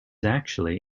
actually